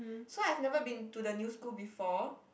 so I've never been to the new school before